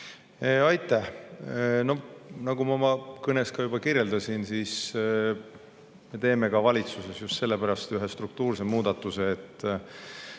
Aitäh! Nagu ma oma kõnes juba kirjeldasin, me teeme valitsuses just sellepärast ühe struktuurse muudatuse, et